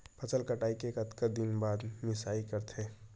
फसल कटाई के कतका दिन बाद मिजाई करथे?